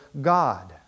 God